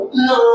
no